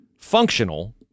functional